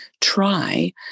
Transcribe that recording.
try